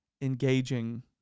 engaging